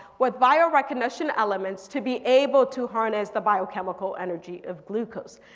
with bio recognition elements to be able to harness the biochemical energy of glucose.